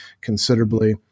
considerably